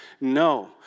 No